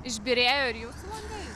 išbyrėjo ir jūsų langai